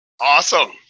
Awesome